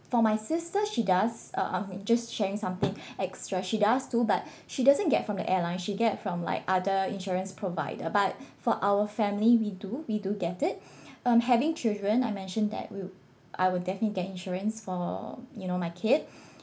for my sister she does uh I'm just sharing something extra she does too but she doesn't get from the airline she get from like other insurance provider but for our family we do we do get it um having children I mentioned that will I will definitely get insurance for you know my kid